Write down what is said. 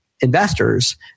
investors